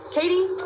Katie